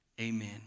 Amen